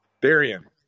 Darian